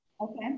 Okay